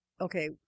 Okay